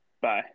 Bye